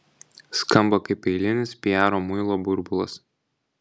skamba kaip eilinis piaro muilo burbulas